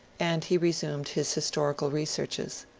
and he re sumed his historical researches.